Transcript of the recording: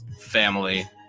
family